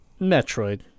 Metroid